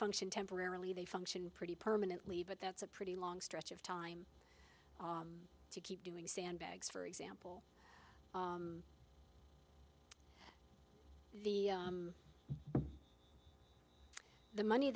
function temporarily they function pretty permanently but that's a pretty long stretch of time keep doing sandbags for example the the money